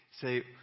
say